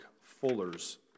fuller's